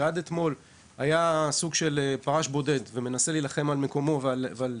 שעד אתמול היה סוג של פרש בודד ומנסה להילחם על מקומו וכו',